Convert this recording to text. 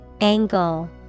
Angle